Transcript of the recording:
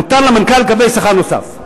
מותר למנכ"ל לקבל שכר נוסף,